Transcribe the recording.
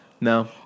No